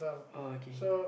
okay